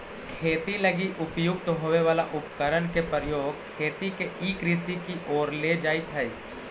खेती लगी उपयुक्त होवे वाला उपकरण के प्रयोग खेती के ई कृषि के ओर ले जाइत हइ